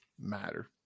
matter